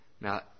Now